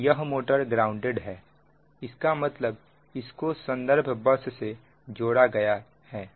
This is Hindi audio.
और यह मोटर ग्राउंडेड है इसका मतलब इसको संदर्भ बस से जोड़ा जाएगा